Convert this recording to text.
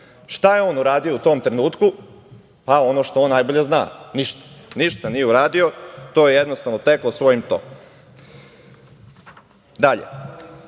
Šta je on uradio u tom trenutku? Pa ono što on najbolje zna. Ništa, ništa nije uradio. To je jednostavno teklo svojim tokom. Dalje,